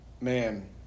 man